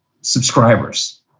subscribers